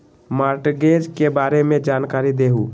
Mortgage के बारे में जानकारी देहु?